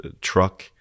truck